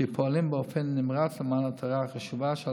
שפועלים באופן נמרץ למען המטרה החשובה של